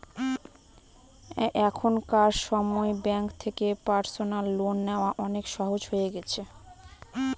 এখনকার সময় ব্যাঙ্ক থেকে পার্সোনাল লোন নেওয়া অনেক সহজ হয়ে গেছে